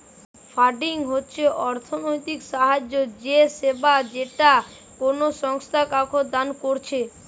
funding হচ্ছে অর্থনৈতিক সাহায্য বা সেবা যেটা কোনো সংস্থা কাওকে দান কোরছে